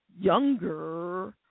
younger